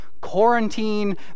quarantine